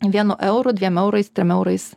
vienu euru dviem eurais trim eurais